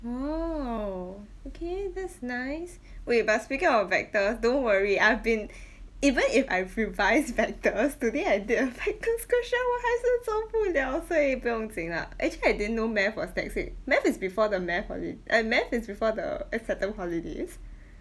oo okay that's nice wait but speaking of vectors don't worry I've been even if I've revised vectors today I did a vectors question 我还是做不了所以不用经啦 actually I didn't know math was tacit math is before the math or lit and math is before the eh september holidays